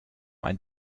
ein